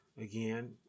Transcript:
again